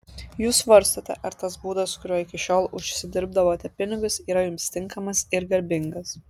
jūs svarstote ar tas būdas kuriuo iki šiol užsidirbdavote pinigus yra jums tinkamas ir garbingas